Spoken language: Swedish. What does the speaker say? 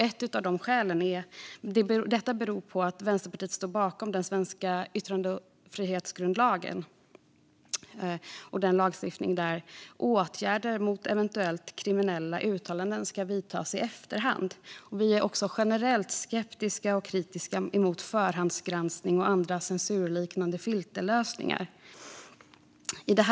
Ett av skälen till detta är att Vänsterpartiet står bakom den svenska yttrandefrihetsgrundlagen och den lagstiftning vi har, där det slås fast att åtgärder mot eventuellt kriminella uttalanden ska vidtas i efterhand. Vi är också generellt skeptiska och kritiska mot förhandsgranskning och andra censurliknande filterlösningar.